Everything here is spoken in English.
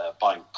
buying